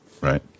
right